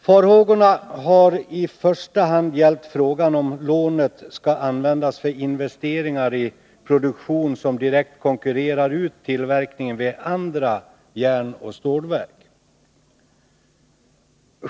Farhågorna har i första hand gällt frågan, om lånet skall användas för investeringar i produktion som direkt konkurrerar ut tillverkningen vid andra järnoch stålverk.